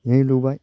नै लुबाय